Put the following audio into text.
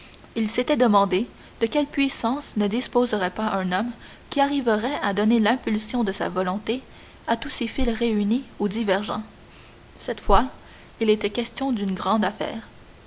il s'était demandé de quelle puissance ne disposerait pas un homme qui arriverait à donner l'impulsion de sa volonté à tous ces fils réunis ou divergents cette fois il était question d'une grande affaire